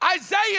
Isaiah